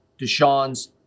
Deshaun's